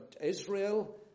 Israel